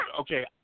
Okay